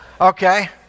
Okay